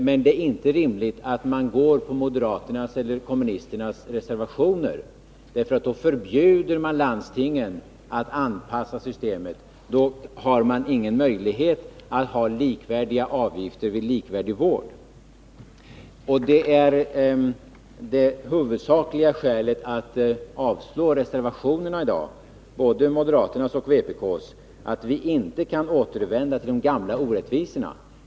Men det är inte rimligt att biträda moderaternas eller kommunisternas reservation, därför att man då förbjuder landstingen att anpassa systemet. Då har man inte heller möjlighet att ha likvärdiga avgifter vid likvärdig vård. Det huvudsakliga skälet att avstyrka reservationerna i dag, både moderaternas och vpk:s reservation, är att vi inte kan återvända till de gamla orättvisorna.